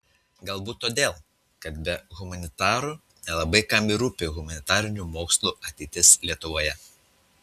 galbūt todėl kad be humanitarų nelabai kam ir rūpi humanitarinių mokslų ateitis lietuvoje